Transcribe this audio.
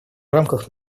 рамках